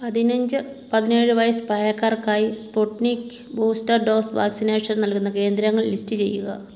പതിനഞ്ച് പതിനേഴ് വയസ്സ് പ്രായക്കാർക്കായി സ്പുട്നിക് ബൂസ്റ്റർ ഡോസ് വാക്സിനേഷൻ നൽകുന്ന കേന്ദ്രങ്ങൾ ലിസ്റ്റ് ചെയ്യുക